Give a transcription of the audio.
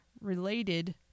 related